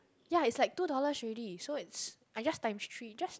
ya it's like two dollars already so it's I just times three just